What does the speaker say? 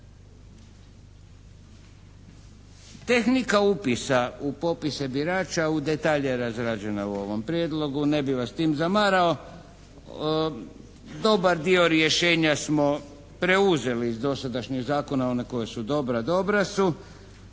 Tehnika upisa u popise birača u detalje je razrađena u ovom prijedlogu, ne bih vas s tim zamarao. Dobar dio rješenja smo preuzeli iz dosadašnjih zakona, ona koja dobra dobra su.